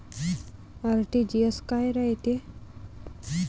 RTGS काय रायते?